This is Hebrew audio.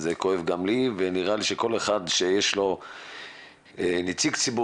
זה כואב גם לי ונראה לי שכל אחד שיש לו נציג ציבור